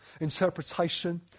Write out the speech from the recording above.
Interpretation